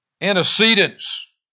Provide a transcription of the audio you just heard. antecedents